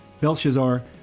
Belshazzar